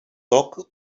dock